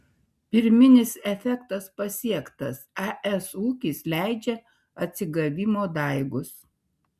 pirminis efektas pasiektas es ūkis leidžia atsigavimo daigus